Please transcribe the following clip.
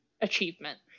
achievement